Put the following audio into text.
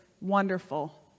wonderful